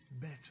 better